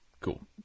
cool